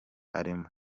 arimo